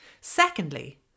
Secondly